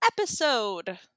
episode